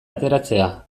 ateratzea